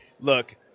Look